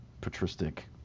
patristic